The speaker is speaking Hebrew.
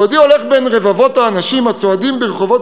בעודי הולך בין רבבות האנשים הצועדים ברחובות